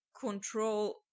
control